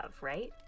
right